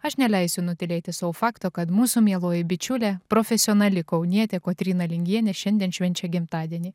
aš neleisiu nutylėti sau fakto kad mūsų mieloji bičiulė profesionali kaunietė kotryna lingienė šiandien švenčia gimtadienį